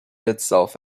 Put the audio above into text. itself